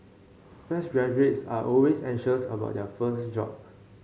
fresh graduates are always anxious about their first job